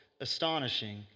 astonishing